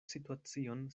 situacion